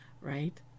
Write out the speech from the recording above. Right